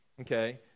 okay